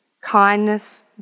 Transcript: kindness